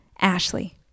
Ashley